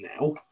now